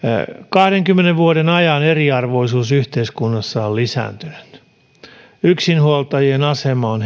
kahdenkymmenen vuoden ajan eriarvoisuus yhteiskunnassa on lisääntynyt yksinhuoltajien asema on